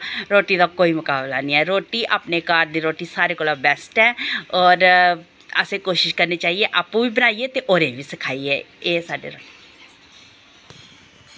रुट्टी दा कोई मकाबला निं ऐ रुट्टी अपने घर दी रुट्टी सारें कोला बैस्ट ऐ और असें कोशिश करने चाहिदि आपूं बी बनाइयै ते होरें बी सिखाइयै एह् साढ़े